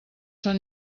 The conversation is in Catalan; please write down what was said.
són